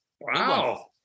wow